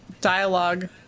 dialogue